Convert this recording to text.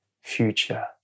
future